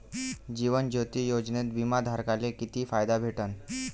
जीवन ज्योती योजनेत बिमा धारकाले किती फायदा भेटन?